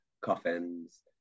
coffins